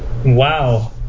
Wow